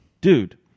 dude